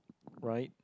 right